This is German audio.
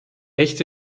echte